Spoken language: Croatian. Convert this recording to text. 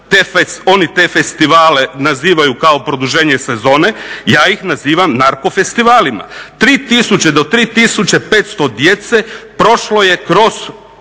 oni te festivale nazivaju kao produženje sezone, ja ih nazivam narko festivalima. Do 3500 djece prošlo je kroz